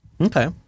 Okay